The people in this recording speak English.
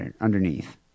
underneath